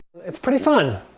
it's pretty fun.